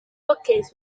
bookcase